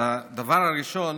הדבר הראשון